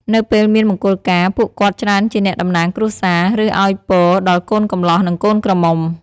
នៅពេលមានមង្គលការ ពួកគាត់ច្រើនជាអ្នកតំណាងគ្រួសារ ឬឱ្យពរដល់កូនកម្លាះ និងកូនក្រមុំ។